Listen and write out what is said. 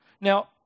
Now